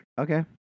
Okay